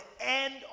end